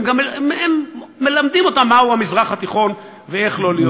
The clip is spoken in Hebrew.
והם גם מלמדים אותה מהו המזרח התיכון ואיך לא להיות נאיביים.